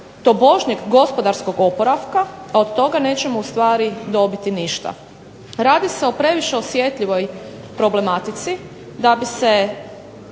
tobožnjeg gospodarskog oporavka, a od toga nećemo ustvari dobiti ništa. Radi se o previše osjetljivoj problematici da bi se